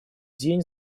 день